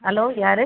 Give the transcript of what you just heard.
hello யார்